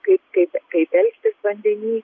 kaip kaip kaip elgtis vandeny